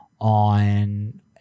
on